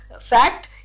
fact